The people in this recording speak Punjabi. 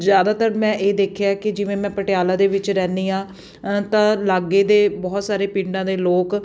ਜ਼ਿਆਦਾਤਰ ਮੈਂ ਇਹ ਦੇਖਿਆ ਕਿ ਜਿਵੇਂ ਮੈਂ ਪਟਿਆਲਾ ਦੇ ਵਿੱਚ ਰਹਿੰਦੀ ਰਹਿੰਦੀ ਤਾਂ ਲਾਗੇ ਦੇ ਬਹੁਤ ਸਾਰੇ ਪਿੰਡਾਂ ਦੇ ਲੋਕ